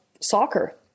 soccer